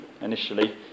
initially